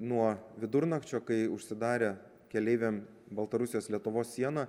nuo vidurnakčio kai užsidarė keleiviam baltarusijos lietuvos siena